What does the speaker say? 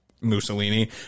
Mussolini